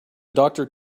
doctor